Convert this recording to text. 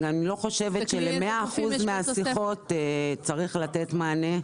אני לא חושבת של-100 אחוזים מהשיחות צריך לתת מענה.